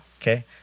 okay